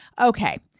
Okay